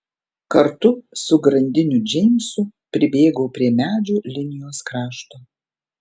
kartu su grandiniu džeimsu pribėgau prie medžių linijos krašto